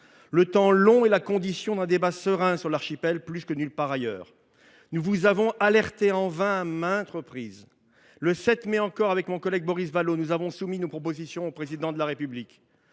Le temps long est la condition d’un débat serein, sur l’archipel plus que nulle part ailleurs. Nous vous avons alerté en vain à maintes reprises. Le 7 mai encore, mon collègue député Boris Vallaud et moi même avons soumis nos propositions au Président de la République.